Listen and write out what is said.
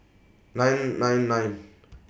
nine nine nine